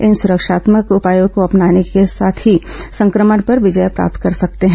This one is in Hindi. इन सुरक्षात्मक उपायों को अपनाने से ही इस संक्रमण पर विजय प्राप्त कर सकते हैं